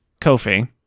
Kofi